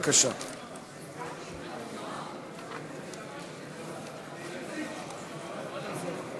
אתם מדברים גבוהה-גבוהה כי אתם מבינים שזה מה שציבור הישראלי